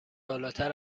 بالاتر